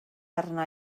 arna